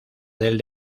del